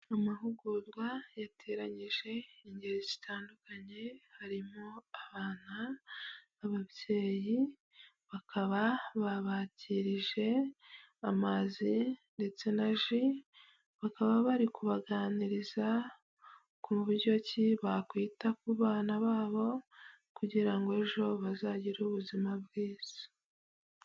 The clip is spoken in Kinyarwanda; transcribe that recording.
Amahugurwa yateranyije, ingeri zitandukanye, harimo aban,a ababyeyi, bakaba babakirije amazi ndetse na ji, bakaba bari kubaganiriza kuburyo ki bakwita ku bana babo kugira ngo ejo bazagire ubuzima bwiza.